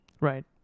right